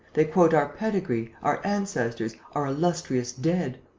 they quote our pedigree, our ancestors, our illustrious dead.